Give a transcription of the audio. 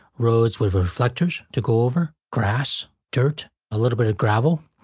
roads with reflectors to go over, grass, dirt, a little bit of gravel.